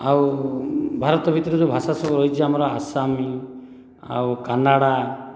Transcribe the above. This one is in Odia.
ଆଉ ଭାରତ ଭିତରେ ଯେଉଁ ଭାଷା ସବୁ ରହିଛି ଆମର ଆସାମୀ ଆଉ କାନାଡ଼ା